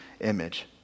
image